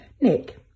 Nick